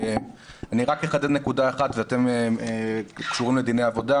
אני רק אחדד נקודה אחת, אתם קשורים לדיני עבודה,